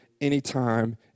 anytime